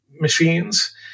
machines